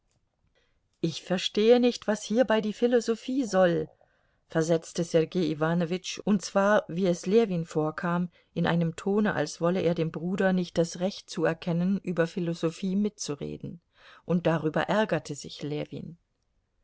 ich verstehe nicht was hierbei die philosophie soll versetzte sergei iwanowitsch und zwar wie es ljewin vorkam in einem tone als wolle er dem bruder nicht das recht zuerkennen über philosophie mitzureden und darüber ärgerte sich ljewin